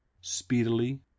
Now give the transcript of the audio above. speedily